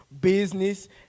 business